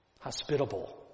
Hospitable